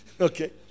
Okay